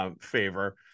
Favor